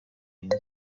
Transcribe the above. inzu